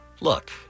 Look